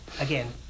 again